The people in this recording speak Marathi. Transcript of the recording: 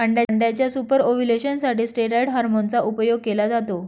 अंड्याच्या सुपर ओव्युलेशन साठी स्टेरॉईड हॉर्मोन चा उपयोग केला जातो